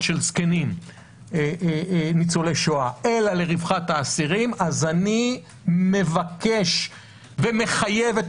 של זקנים ניצולי שואה אלא ברווחת האסירים אני מבקש ומחייב את